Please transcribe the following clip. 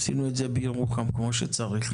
עשינו את זה בירוחם כמו שצריך.